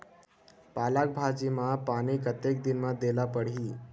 पालक भाजी म पानी कतेक दिन म देला पढ़ही?